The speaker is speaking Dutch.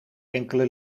enkele